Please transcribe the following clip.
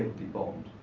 be bombed.